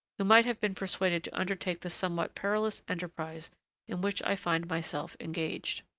who might have been persuaded to undertake the somewhat perilous enterprise in which i find myself engaged.